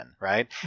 right